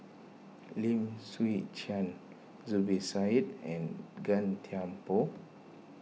Lim Chwee Chian Zubir Said and Gan Thiam Poh